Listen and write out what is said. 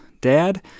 dad